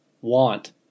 want